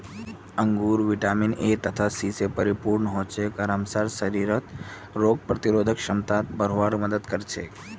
अंगूर vitamin A तथा C स परिपूर्ण हछेक आर हमसार शरीरक रोग प्रतिरोधक क्षमताक बढ़वार मदद कर छेक